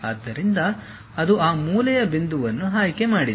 ಆದ್ದರಿಂದ ಅದು ಆ ಮೂಲೆಯ ಬಿಂದುವನ್ನು ಆಯ್ಕೆ ಮಾಡಿದೆ